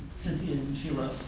cynthia and shelia,